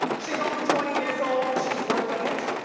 she's only twenty years old and she's working it.